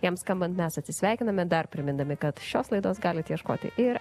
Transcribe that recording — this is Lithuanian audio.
jam skambant mes atsisveikiname dar primindami kad šios laidos galit ieškoti ir